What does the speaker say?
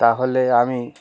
তাহলে আমি